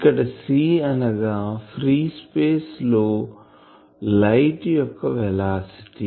ఇక్కడ C అనగా free space లో లైట్ యొక్క వెలాసిటీ